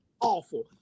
awful